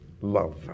love